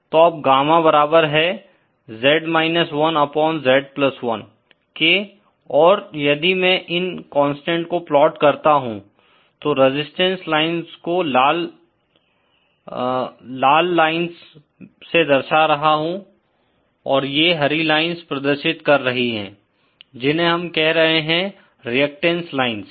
तो अब गामा बराबर है z 1 अपॉन z1 के और यदि मैं इन कांस्टेंट को प्लाट करता हूँ तो रेजिस्टेंस लाइन्स को लाल लाइन्स से दर्शा रहा हूँ और ये हरी लाइन्स प्रदर्शित कर रही है जिन्हे हम कह रहे है रिएक्टेंस लाइन्स